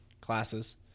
classes